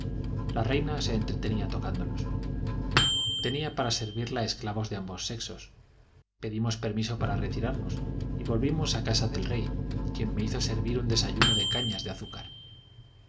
la reina se entretenía tocándolos tenía para servirla esclavos de ambos sexos pedimos permiso para retirarnos y volvimos a casa del rey quien me hizo servir un desayuno de cañas de azúcar